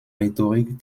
rhétorique